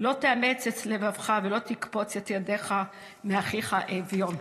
" לא תאמץ את לבבך ולא תקפץ את ידך מאחיך האביון".